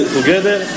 together